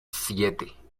siete